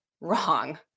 wrong